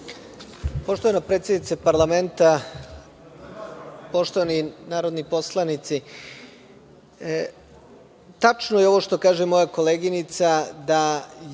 Poštovana predsednice parlamenta, poštovani narodni poslanici, tačno je ovo što kaže moja koleginica da